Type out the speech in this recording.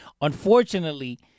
unfortunately